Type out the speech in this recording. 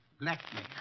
Blackmail